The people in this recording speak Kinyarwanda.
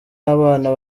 abana